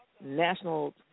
National